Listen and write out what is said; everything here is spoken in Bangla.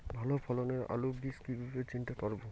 ভালো ফলনের আলু বীজ কীভাবে চিনতে পারবো?